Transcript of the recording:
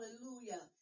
hallelujah